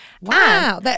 Wow